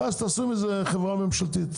ואז תעשו מזה חברה ממשלתית,